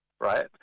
right